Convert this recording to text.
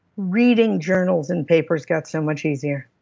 reading journals and papers got so much easier.